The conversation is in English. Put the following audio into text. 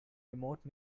remote